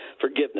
forgiveness